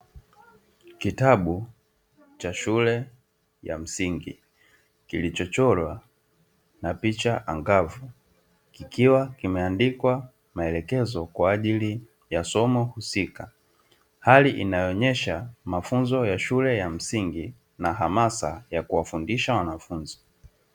kitabu Shule ya msingi kilichochorwa na picha angavu kikiwa kimeandikwa maelezo kwa ajili ya somo husika, hali inayoonyesha mafunzo ya shule ya msingi na hamasa ya kuwafundisha wanafunzi.